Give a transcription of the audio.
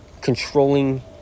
controlling